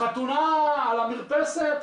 חתונה על המרפסת,